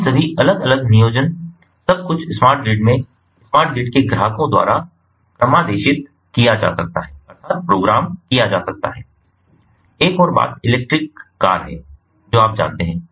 तो इन सभी अलग अलग नियोजन सब कुछ स्मार्ट ग्रिड में स्मार्ट ग्रिड के ग्राहकों द्वारा क्रमादेशित किया जा सकता है एक और बात इलेक्ट्रिक कार है जो आप जानते हैं